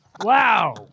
Wow